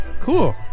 cool